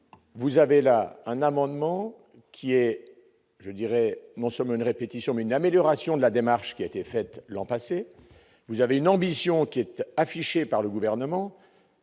vous avez là un amendement qui est, je dirais non seulement une répétition d'une amélioration de la démarche qui a été faite l'an passé, vous avez une ambition qui était affichée par le gouvernement,